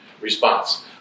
response